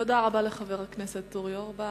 תודה רבה לחבר הכנסת אורי אורבך.